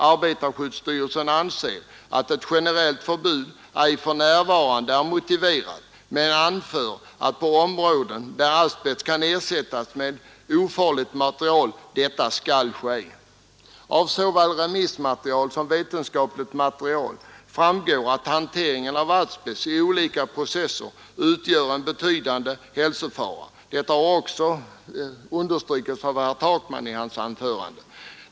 Arbetarskyddsstyrelsen anser att ett generellt förbud ej för närvarande är motiverat men anför att på områden där asbest kan ersättas med ofarligt material detta skall ske. Av såväl remissmaterial som vetenskapligt material framgår att hantering av asbest i olika arbetsprocesser utgör en betydande hälsofar a. Detta har också understrukits av herr Takman i hans anförande.